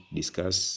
discuss